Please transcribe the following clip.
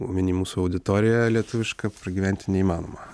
omeny mūsų auditoriją lietuvišką pragyventi neįmanoma